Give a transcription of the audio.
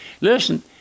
Listen